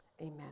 Amen